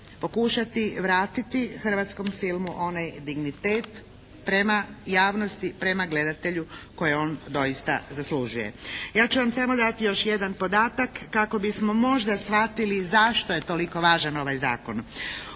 pokušati vratiti hrvatskom filmu onaj dignitet prema javnosti, prema gledatelju koji od doista zaslužuje. Ja ću vam samo dati još jedan podatak kako bismo možda shvatili zašto je toliko važan ovaj zakon.